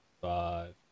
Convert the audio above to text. five